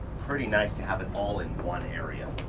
pretty nice to have it all in one area.